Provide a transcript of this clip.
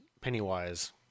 Pennywise